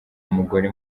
mugore